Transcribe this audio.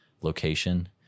location